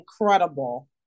incredible